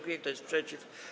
Kto jest przeciw?